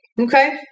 Okay